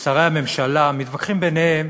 שרי הממשלה מתווכחים ביניהם